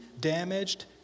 damaged